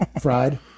Fried